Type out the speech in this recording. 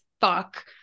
fuck